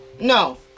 No